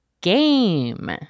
GAME